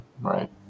right